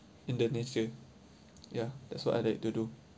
in the nature ya that's what I like to do